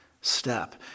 step